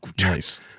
Nice